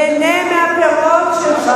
אבל הקרן, נהנה מהפירות של,